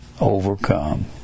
overcome